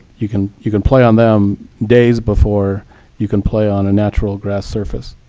you can you can play on them days before you can play on a natural grass surface.